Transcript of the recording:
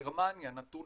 גרמניה נתון